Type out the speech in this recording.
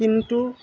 কিন্তু